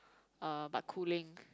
uh but cooling